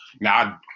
Now